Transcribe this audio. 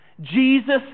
Jesus